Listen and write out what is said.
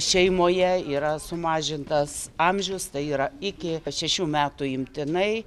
šeimoje yra sumažintas amžius tai yra iki šešių metų imtinai